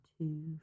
two